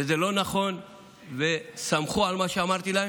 שזה לא נכון וסמכו על מה שאמרתי להם.